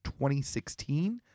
2016